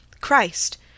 Christ